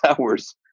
hours